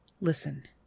Listen